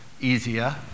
easier